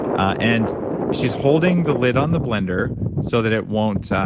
and she's holding the lid on the blender so that it won't ah